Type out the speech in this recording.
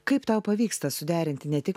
kaip tau pavyksta suderinti ne tik